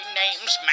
name's